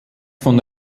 von